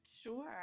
Sure